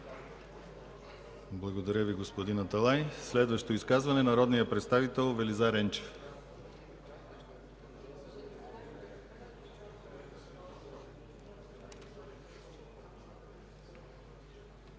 Благодаря Ви, господин Аталай. Следващо изказване от народния представител Велизар Енчев.